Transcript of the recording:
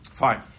Fine